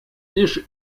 лишь